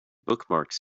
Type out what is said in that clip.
bookmarks